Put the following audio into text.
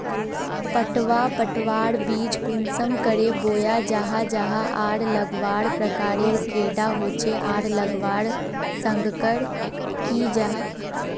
पटवा पटवार बीज कुंसम करे बोया जाहा जाहा आर लगवार प्रकारेर कैडा होचे आर लगवार संगकर की जाहा?